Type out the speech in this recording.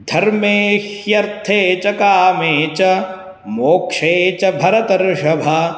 धर्मे अर्थे च कामे च मोक्षे च भरतर्षभा